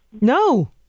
No